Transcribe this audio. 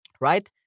Right